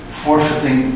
forfeiting